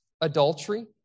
adultery